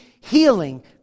healing